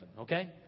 Okay